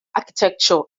architecture